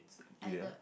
either